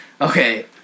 Okay